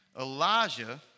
Elijah